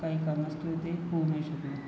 काही कारणास्तव ते होऊ नाही शकलं